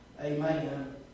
Amen